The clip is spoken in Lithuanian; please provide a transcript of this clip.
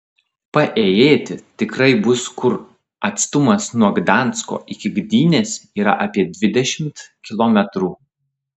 paėjėti tikrai bus kur atstumas nuo gdansko iki gdynės yra apie dvidešimt kilometrų